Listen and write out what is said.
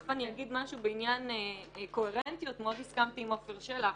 ותיכף אני אגיד משהו בעניין קוהרנטיות מאוד הסכמתי עם עפר שלח,